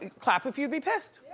clap if you'd be pissed.